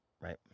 right